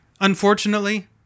Unfortunately